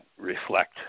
reflect